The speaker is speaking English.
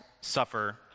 suffer